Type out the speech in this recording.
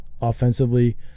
Offensively